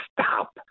stop